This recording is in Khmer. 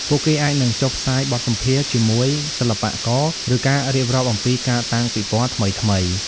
ពួកគេអាចនឹងចុះផ្សាយបទសម្ភាសន៍ជាមួយសិល្បករ ឬការរៀបរាប់អំពីការតាំងពិពណ៌ថ្មីៗ។